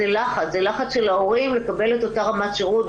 זה לחץ של ההורים לקבל את אותה רמת שירות.